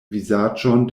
vizaĝon